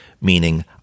meaning